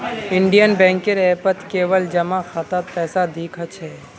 Indian बैंकेर ऐपत केवल जमा खातात पैसा दि ख छेक